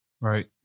Right